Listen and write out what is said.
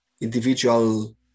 individual